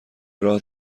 راه